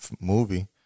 movie